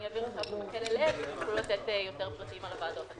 אני אעביר את המקל אליהם כדי שיוכלו לתת יותר פרטים על הוועדות.